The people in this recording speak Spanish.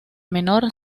menor